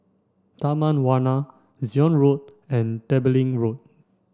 Taman Warna Zion Road and Tembeling Road